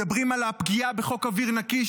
מדברים על הפגיעה בחוק אוויר נקי,